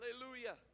Hallelujah